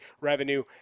revenue